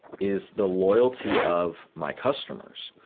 is the loyalty of my customers.